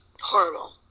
horrible